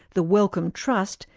the wellcome trust,